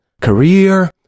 career